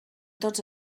tots